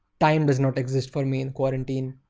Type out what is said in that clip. time does not exist for me in quarantine